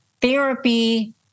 therapy